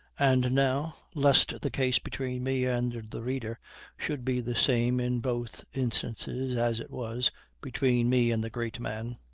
and now, lest the case between me and the reader should be the same in both instances as it was between me and the great man,